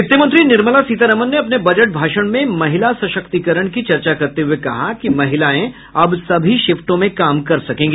वित्त मंत्री निर्मला सीतारमन ने अपने बजट भाषण में महिला सशक्तीकरण की चर्चा करते हुए कहा कि महिलाएं अब सभी शिफ्टों में काम कर सकेंगी